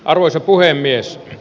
arvoisa puhemies